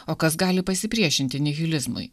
o kas gali pasipriešinti nihilizmui